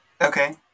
Okay